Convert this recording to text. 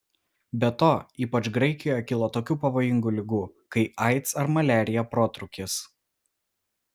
be to ypač graikijoje kilo tokių pavojingų ligų kai aids ar maliarija protrūkis